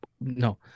no